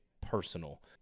personal